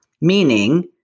meaning